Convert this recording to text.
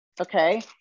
okay